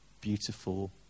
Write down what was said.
beautiful